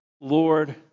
Lord